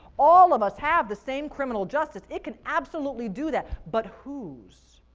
all of us have the same criminal justice. it could absolutely do that, but whose?